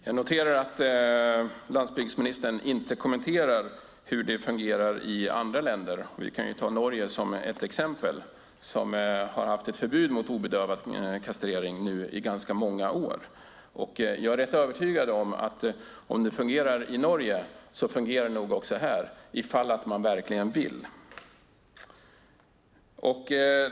Fru talman! Jag noterar att landsbygdsministern inte kommenterar hur det fungerar i andra länder, till exempel i Norge som har haft ett förbud mot obedövad kastrering i ganska många år. Och jag är rätt övertygad om att om det fungerar i Norge fungerar det nog också här, ifall man verkligen vill.